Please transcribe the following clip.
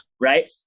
right